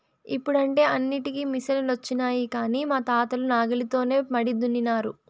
ఇప్పుడంటే అన్నింటికీ మిసనులొచ్చినాయి కానీ మా తాతలు నాగలితోనే మడి దున్నినారు